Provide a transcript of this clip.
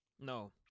no